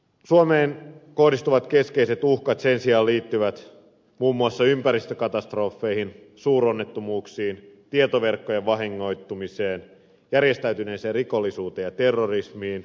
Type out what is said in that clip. suomeen kohdistuvat keskeiset uhkat sen sijaan liittyvät muun muassa ympäristökatastrofeihin suuronnettomuuksiin tietoverkkojen vahingoittumiseen järjestäytyneeseen rikollisuuteen ja terrorismiin